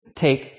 take